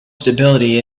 stability